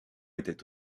était